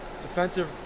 Defensive